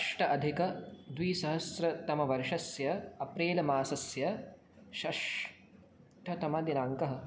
अष्ट अधिकद्विसहस्रतमवर्षस्य अप्रेलमासस्य षष्ठतमदिनाङ्कः